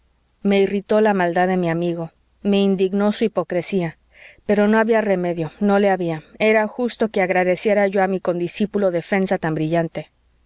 me irritó la maldad de mi amigo me indignó su hipocresía pero no había remedio no le había era justo que agradeciera yo a mi condiscípulo defensa tan brillante